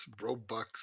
Robux